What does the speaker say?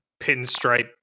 pinstripe